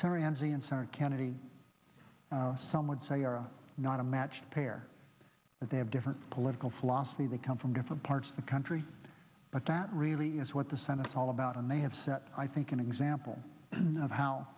senator kennedy some would say are not a matched pair but they have different political philosophy they come from different parts of the country but that really is what the senate's all about and they have set i think an example of how